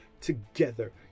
together